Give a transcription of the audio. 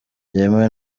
byemewe